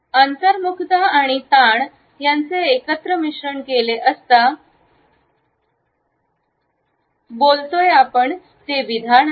अंतर्मुखता आणि ताण यांचे एकत्र मिश्रण केले असता बोलतोय ते विधान आहे